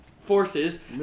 Forces